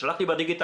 שלחתי בדיגיטל,